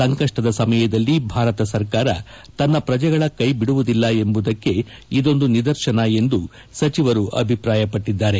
ಸಂಕಷ್ಟದ ಸಮಯದಲ್ಲಿ ಭಾರತ ಸರ್ಕಾರ ತನ್ನ ಪ್ರಜೆಗಳ ಕೈಬಿಡುವುದಿಲ್ಲ ಎಂಬುದಕ್ಕೆ ಇದೊಂದು ನಿದರ್ಶನ ಎಂದು ಸಚಿವರು ಅಭಿಪ್ರಾಯಪಟ್ಟದ್ದಾರೆ